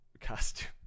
costume